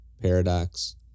Paradox